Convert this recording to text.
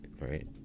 right